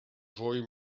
fwy